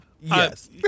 yes